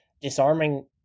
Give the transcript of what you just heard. disarming